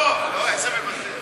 לא, לא, איזה מוותר.